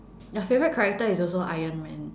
your favourite character is also iron man